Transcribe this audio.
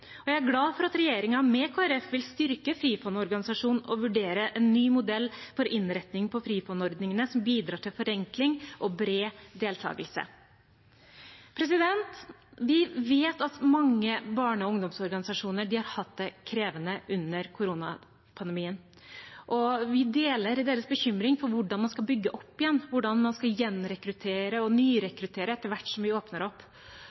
Jeg er glad for at regjeringen med Kristelig Folkeparti vil styrke Frifond-organisasjonen og vurdere en ny modell for innretningen på Frifond-ordningene som bidrar til forenkling og bred deltakelse. Vi vet at mange barne- og ungdomsorganisasjoner har hatt det krevende under koronapandemien. Vi deler deres bekymring for hvordan man skal bygge opp igjen, hvordan man skal gjenrekruttere og nyrekruttere etter hvert som vi åpner opp.